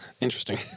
Interesting